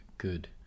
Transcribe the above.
good